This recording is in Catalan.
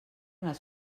les